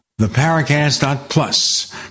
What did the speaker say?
theparacast.plus